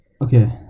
Okay